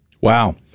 Wow